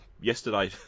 yesterday